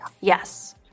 Yes